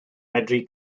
medru